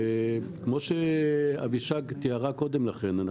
כמו שאבישג תיארה קודם לכן,